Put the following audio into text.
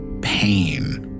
pain